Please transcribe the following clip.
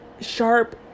sharp